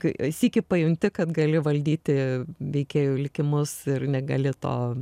kai sykį pajunti kad gali valdyti veikėjų likimus ir negali to